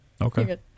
okay